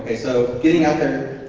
ah so getting out there,